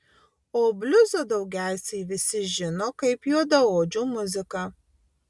o bliuzą daugiausiai visi žino kaip juodaodžių muziką